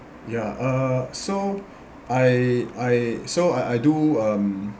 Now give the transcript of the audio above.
ya uh so I I so I I do um